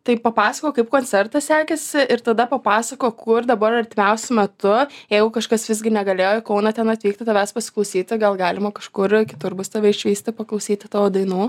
tai papasakok kaip koncertas sekėsi ir tada papasakok kur dabar artimiausiu metu jeigu kažkas visgi negalėjo į kauną ten atvykti tavęs pasiklausyti gal galima kažkur kitur bus tave išvysti paklausyti tavo dainų